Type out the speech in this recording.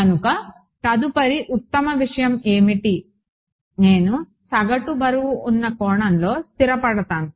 కనుక తదుపరి ఉత్తమ విషయం ఏమిటి నేను సగటు బరువున్న కోణంలో స్థిరపడతాను